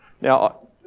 Now